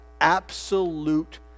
absolute